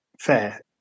Fair